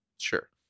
sure